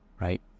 right